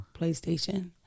PlayStation